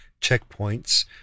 checkpoints